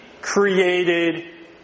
created